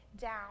down